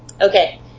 okay